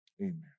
Amen